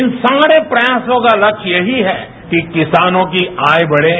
इन सारे प्रयासों का विकल्प यही है कि किसानों की आय बढ़े